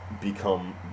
become